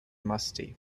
musty